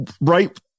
right